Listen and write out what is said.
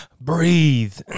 breathe